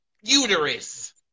uterus